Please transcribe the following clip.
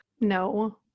No